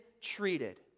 treated